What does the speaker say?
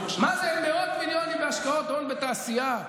מה זה 26 מיליארד שקל חומש כבישים אם לא מעודד צמיחה?